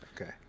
Okay